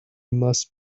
must